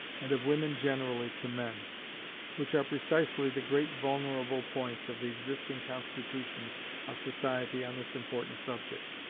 and of women generally to men which are precisely the great vulnerable points of the existing constitution of society on this important subject.